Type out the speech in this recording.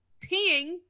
peeing